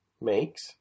makes